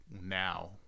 now